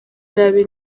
nabi